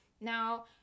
Now